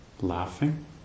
laughing